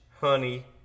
honey